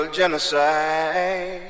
Genocide